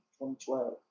2012